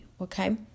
okay